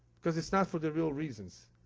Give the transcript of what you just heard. because it's not for the real reasons.